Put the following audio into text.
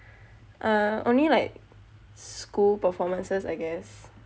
uh only like school performances I guess